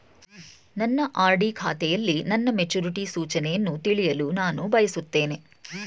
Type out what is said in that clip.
ನನ್ನ ಆರ್.ಡಿ ಖಾತೆಯಲ್ಲಿ ನನ್ನ ಮೆಚುರಿಟಿ ಸೂಚನೆಯನ್ನು ತಿಳಿಯಲು ನಾನು ಬಯಸುತ್ತೇನೆ